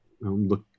look